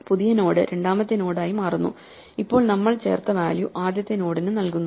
പുതിയ നോഡ് രണ്ടാമത്തെ നോഡ് ആയി മാറുന്നു ഇപ്പോൾ നമ്മൾ ചേർത്ത വാല്യൂ ആദ്യത്തെ നോഡിന് നൽകുന്നു